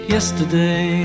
Yesterday